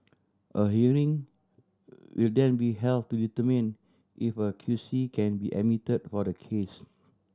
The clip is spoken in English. a hearing will then be held to determine if a Q C can be admitted for the case